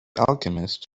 alchemist